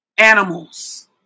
Animals